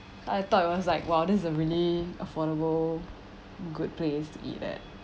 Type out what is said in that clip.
I thought it was like !wow! this is a really affordable good place to eat leh